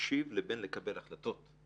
להקשיב לבין לקבל החלטות.